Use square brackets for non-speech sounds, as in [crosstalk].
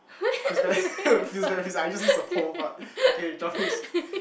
she's very [laughs] I use this for but okay [breath]